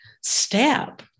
step